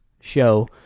show